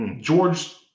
George